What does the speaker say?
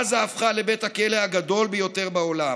עזה הפכה לבית הכלא הגדול ביותר בעולם.